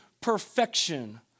perfection